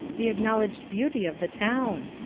the acknowledged beauty of the town?